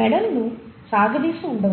మెడను సాగదీసి ఉండవచ్చు